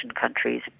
countries